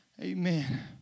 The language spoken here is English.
Amen